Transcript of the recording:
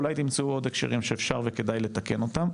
אולי תמצאו עוד הקשרים שאפשר וכדאי לתקן אותם.